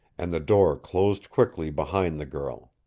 and the door closed quickly behind the girl.